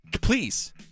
please